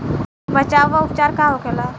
बचाव व उपचार का होखेला?